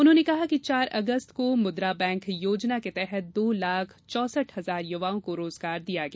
उन्होंने कहा कि चार अगस्त को मुद्रा बैंक योजना के तहत दो लाख चौसठ हजार युवाओं को रोजगार दिया गया